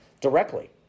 directly